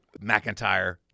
McIntyre